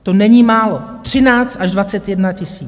To není málo, 13 až 21 tisíc!